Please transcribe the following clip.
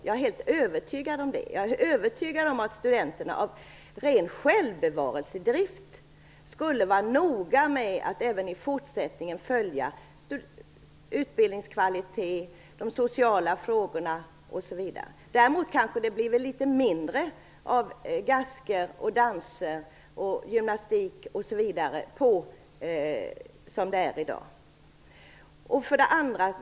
Jag är helt övertygad om att studenterna av ren självbevarelsedrift skulle vara noga med att även i fortsättningen följa utbildningens kvalitet, de sociala frågorna osv. Däremot kanske det blev litet mindre av gasker, danser, gymnastik osv. än i dag.